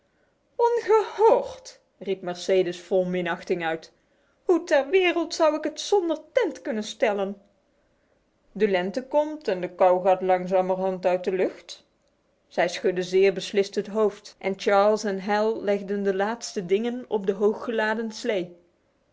ongehoord riep mercedes vol minachting uit hoe ter wereld zou ik het zonder tent kunnen stellen de lente komt en de kou gaat langzamerhand uit de lucht zij schudde zeer beslist het hoofd en charles en hal legden de laatste dingen op de hoog geladen slee